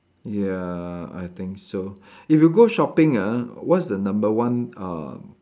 ya I think so if you go shopping ah what's the number one uh